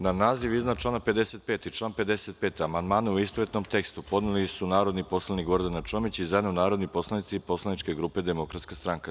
Na naziv iznad člana 55. i član 55. amandmane u istovetnom tekstu podneli su narodni poslanik Gordana Čomić i zajedno narodni poslanici poslaničke grupe Demokratska stranka.